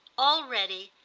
already,